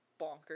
bonkers